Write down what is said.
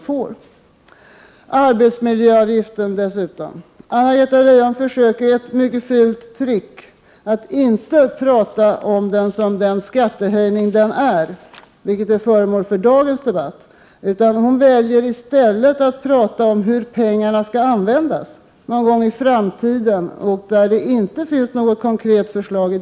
Vad gäller arbetsmiljöavgiften försöker Anna-Greta Leijon med ett mycket fult trick. Hon talar inte om den som den skattehöjning den är, vilket är föremålet för dagens debatt, utan i stället om hur pengarna skall användas någon gång i framtiden. Hur man skall göra på den punkten finns det inte nu något konkret förslag om.